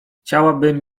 chciałabym